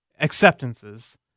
acceptances